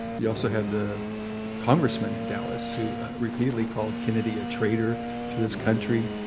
you also had the congressman in dallas who repeatedly called kennedy a trader to his country,